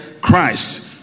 Christ